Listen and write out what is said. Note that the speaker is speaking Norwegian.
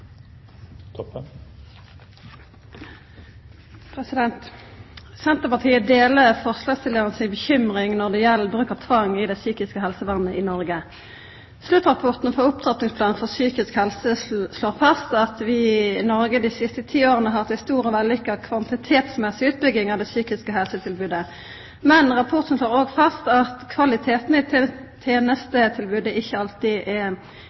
Senterpartiet deler forslagsstillarane si bekymring når det gjeld bruk av tvang i det psykiske helsevernet i Noreg. Sluttrapporten for Opptrappingsplanen for psykisk helse slår fast at vi i Noreg dei siste ti åra har hatt ei stor og vellykka kvantitetsmessig utbygging av det psykiske helsetilbodet. Men rapporten slår òg fast at kvaliteten i tenestetilbodet ikkje alltid er